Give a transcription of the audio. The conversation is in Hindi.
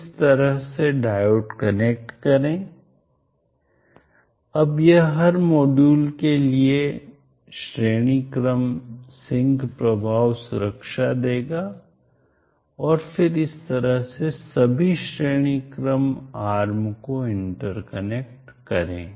इस तरह से डायोड कनेक्ट करें अब यह हर मॉड्यूल के लिए श्रेणी क्रम सिंक प्रभाव सुरक्षा देगा और फिर इस तरह से सभी श्रेणी क्रम आर्म को इंटरकनेक्ट करे